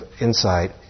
insight